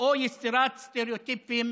או יצירת סטריאוטיפים